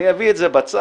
אני אביא את זה בצו.